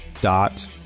dot